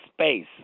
space